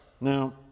Now